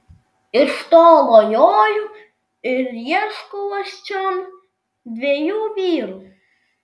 iš tolo joju ir ieškau aš čion dviejų vyrų